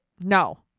No